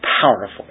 powerful